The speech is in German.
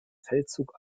feldzug